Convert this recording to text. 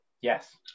Yes